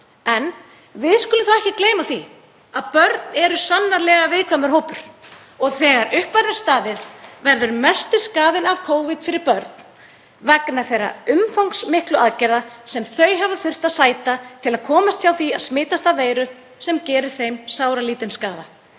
En við skulum ekki gleyma því að börn eru sannarlega viðkvæmur hópur og þegar upp verður staðið verður mestur skaðinn af Covid fyrir börn vegna þeirra umfangsmiklu aðgerða sem þau hafa þurft að sæta til að komast hjá því að smitast af veiru sem gerir þeim sáralítinn skaða.